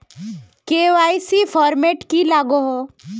KYC format की लागोहो?